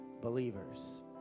believers